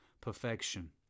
perfection